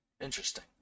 Interesting